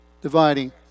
dividing